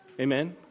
Amen